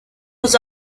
was